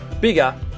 Bigger